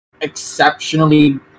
exceptionally